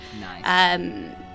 Nice